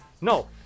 No